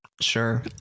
sure